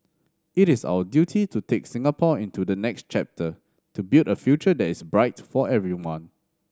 it is our duty to take Singapore into the next chapter to build a future that is bright for everyone